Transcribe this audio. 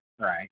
right